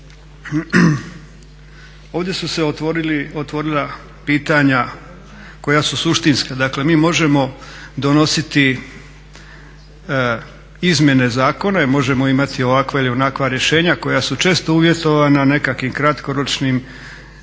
Ovdje su se otvorila pitanja koja su suštinska. Dakle, mi možemo donositi izmjene zakona i možemo imati ovakva ili onakva rješenja koja su često uvjetovana nekakvim kratkoročnim ekonomskim